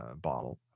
bottle